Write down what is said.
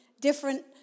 different